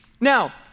Now